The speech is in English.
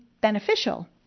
beneficial